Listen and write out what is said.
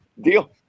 Deal